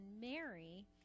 Mary